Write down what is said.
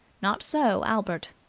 not so albert.